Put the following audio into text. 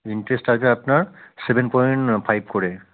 interest আছে আপনার seven point five করে